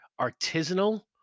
artisanal